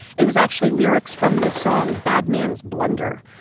it was actually lyrics from this song bad man's blunder.